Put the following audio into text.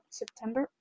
september